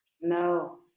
No